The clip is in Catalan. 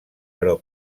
però